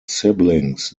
siblings